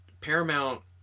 Paramount